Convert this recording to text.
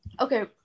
okay